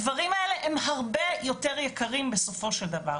הדברים האלה הם הרבה יותר יקרים בסופו של דבר.